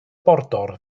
border